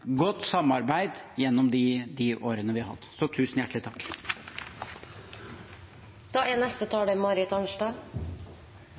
godt samarbeid gjennom de årene vi har hatt. Tusen hjertelig takk!